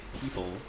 people